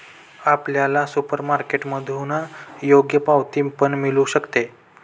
आपल्याला सुपरमार्केटमधून योग्य पावती पण मिळू शकते